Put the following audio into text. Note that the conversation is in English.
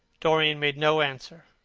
dorian made no answer,